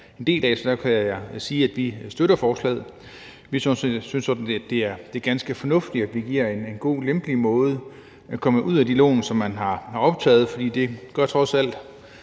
en del af, så derfor kan jeg sige, at vi støtter forslaget. Vi synes sådan set, det er ganske fornuftigt, at vi giver en god, lempelig måde at komme ud af de lån på, som man har optaget, for det gør trods alt